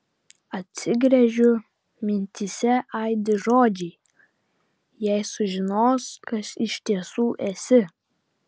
atsigręžiu mintyse aidi žodžiai jei sužinos kas iš tiesų esi